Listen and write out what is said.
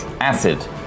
Acid